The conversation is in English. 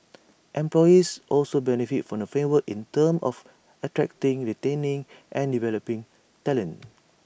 employers also benefit from the framework in terms of attracting retaining and developing talent